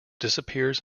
disappears